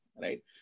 right